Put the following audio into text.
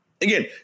Again